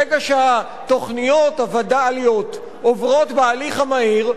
ברגע שהתוכניות הווד"ליות עוברות בהליך המהיר,